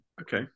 okay